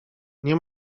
nie